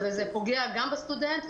וזה פוגע גם בסטודנט,